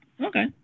Okay